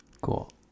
cool